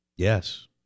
Yes